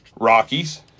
Rockies